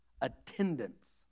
attendance